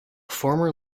former